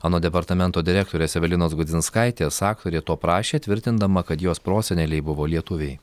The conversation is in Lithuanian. anot departamento direktorės evelinos gudzinskaitės aktorė to prašė tvirtindama kad jos proseneliai buvo lietuviai